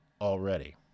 already